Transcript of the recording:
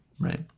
right